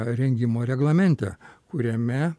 rengimo reglamente kuriame